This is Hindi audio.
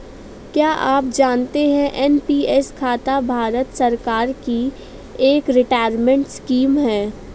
क्या आप जानते है एन.पी.एस खाता भारत सरकार की एक रिटायरमेंट स्कीम है?